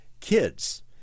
kids